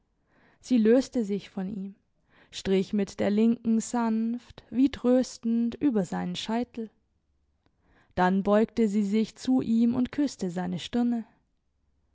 sie löste sich von ihm strich mit der linken sanft wie tröstend über seinen scheitel dann beugte sie sich zu ihm und küsste seine stirne